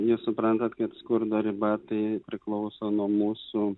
jūs suprantat kaip skurdo riba tai priklauso nuo mūsų